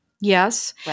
Yes